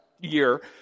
year